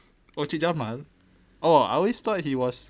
oh cik jamal oh I always thought he was